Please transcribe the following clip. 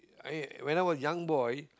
I when I was young boy